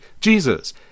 Jesus